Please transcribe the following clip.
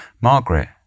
Margaret